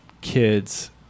kids